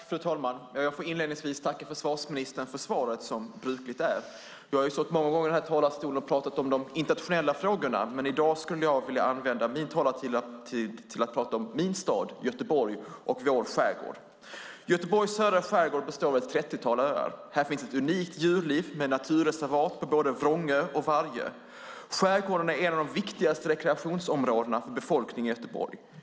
Fru talman! Jag får inledningsvis tacka försvarsministern för svaret, som brukligt är. Jag har stått många gånger i den här talarstolen och pratat om de internationella frågorna, men i dag skulle jag vilja använda min talartid till att prata om min stad, Göteborg, och vår skärgård. Göteborgs södra skärgård består av ett trettiotal öar. Här finns ett unikt djurliv med naturreservat på både Vrångö och Vargö. Skärgården är ett av de viktigaste rekreationsområdena för befolkningen i Göteborg.